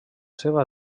seva